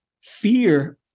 fear